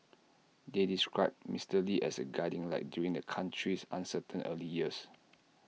they described Mister lee as A guiding light during the country's uncertain early years